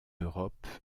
europe